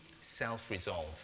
self-resolve